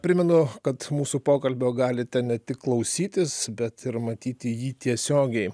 primenu kad mūsų pokalbio galite ne tik klausytis bet ir matyti jį tiesiogiai